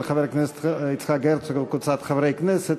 של חבר הכנסת יצחק הרצוג וקבוצת חברי הכנסת,